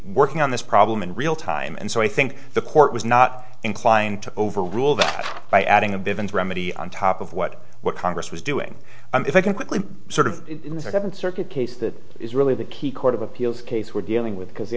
working on this problem in real time and so i think the court was not inclined to overrule that by adding a big remedy on top of what what congress was doing and if i can quickly sort of seventh circuit case that is really the key court of appeals case we're dealing with because the